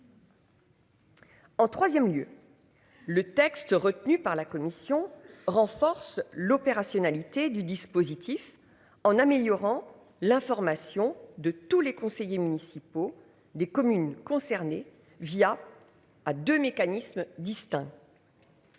En 3ème lieu. Le texte retenu par la commission renforce l'opérationnalité du dispositif en améliorant l'information de tous les conseillers municipaux des communes concernées via à 2 mécanismes distincts.